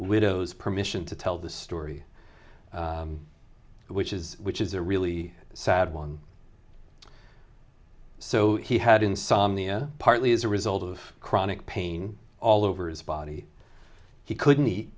widow's permission to tell the story which is which is a really sad one so he had insomnia partly as a result of chronic pain all over his body he couldn't eat